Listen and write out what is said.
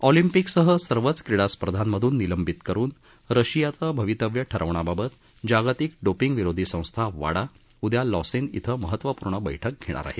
ऑलिम्पिकसह सर्वच क्रीडा स्पर्धांमधून निलंबित करुन रशियाचं भावितव्य ठरवण्याबाबत जागतिक डोपिंगविरोधी संस्था वाडा उदया लॉसेन इथं महत्वपूर्ण बैठक घेणार आहे